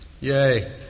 Yay